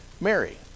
Mary